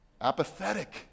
Apathetic